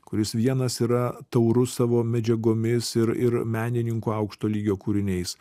kuris vienas yra taurus savo medžiagomis ir ir menininkų aukšto lygio kūriniais